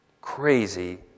crazy